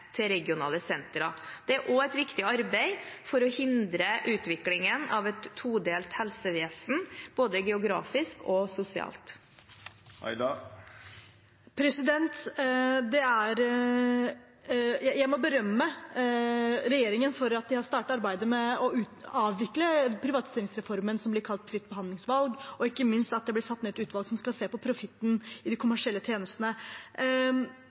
til regionale sentra. Det er også et viktig arbeid for å hindre utviklingen av et todelt helsevesen både geografisk og sosialt. Jeg må berømme regjeringen for at de har startet arbeidet med å avvikle privatiseringsreformen som blir kalt fritt behandlingsvalg, og ikke minst for at det blir satt ned et utvalg som skal se på profitten i de kommersielle tjenestene.